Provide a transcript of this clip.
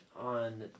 on